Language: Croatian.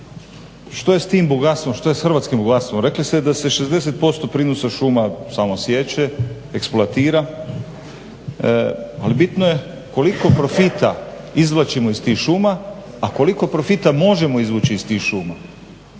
što je s tim bogatstvom, što je s hrvatskim bogatstvom. Rekli ste da se 60% prinosa šuma samo sječe, eksploatira, ali bitno je koliko profita izvlačimo iz tih šuma, a koliko profita možemo izvući iz tih šuma.